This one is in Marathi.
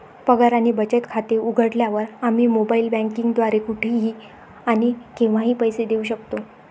पगार आणि बचत खाते उघडल्यावर, आम्ही मोबाइल बँकिंग द्वारे कुठेही आणि केव्हाही पैसे देऊ शकतो